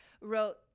wrote